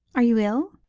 are you ill?